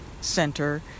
center